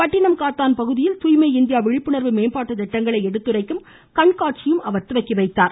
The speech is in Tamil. பட்டினம் காத்தான் பகுதியில் தூய்மை இந்தியா விழிப்புணர்வு மேம்பாட்டுத் திட்டங்களை எடுத்துரைக்கும் கண்காட்சியையும் அவர் தொடங்கி வைத்தார்